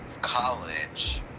college